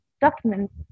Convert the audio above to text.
documents